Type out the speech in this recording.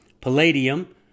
Palladium